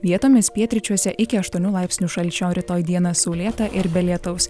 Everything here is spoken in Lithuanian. vietomis pietryčiuose iki aštuonių laipsnių šalčio rytoj dieną saulėta ir be lietaus